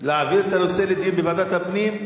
להעביר את הנושא לדיון בוועדת הפנים?